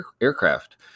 aircraft